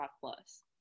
plus